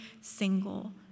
single